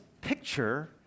picture